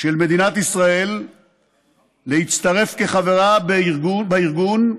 של מדינת ישראל בהצטרפות כחברה לארגון,